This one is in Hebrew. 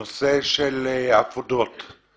שהוא משורר שיש לו גם התבטאויות פוליטיות.